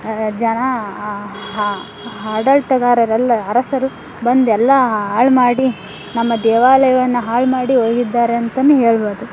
ಜನಾ ಆಡಳಿತಗಾರರೆಲ್ಲ ಅರಸರು ಬಂದು ಎಲ್ಲ ಹಾಳು ಮಾಡಿ ನಮ್ಮ ದೇವಾಲಯವನ್ನು ಹಾಳು ಮಾಡಿ ಹೋಗಿದ್ದಾರೆ ಅಂತಲೂ ಹೇಳ್ಬೋದು